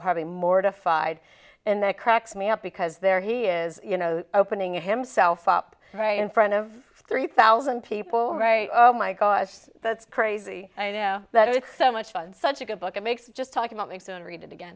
probably mortified and that cracks me up because there he is you know opening himself up right in front of three thousand people right oh my gosh that's crazy i know that it's so much fun such a good book it makes just talk about me soon read it again